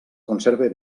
conserve